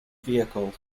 vehicle